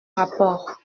rapport